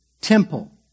temple